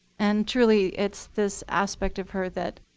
and truly it's this aspect of her that